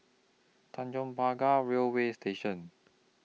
Tanjong Pagar Railway Station